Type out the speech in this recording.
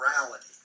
morality